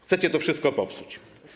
Chcecie to wszystko popsuć.